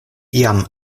jam